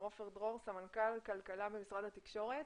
סמנכ"ל כלכלה במשרד התקשורת,